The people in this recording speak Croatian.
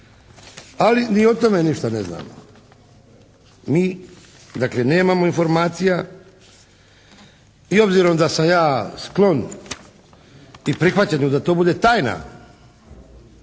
Ali ni o tome ništa ne znamo. Mi dakle nemamo informacija i obzirom da sam ja sklon i prihvaćanju da to bude tajna,